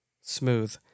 Smooth